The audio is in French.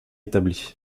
établis